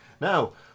Now